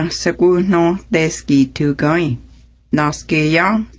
and so no. they ski too. guy norske. yeah.